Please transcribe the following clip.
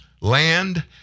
land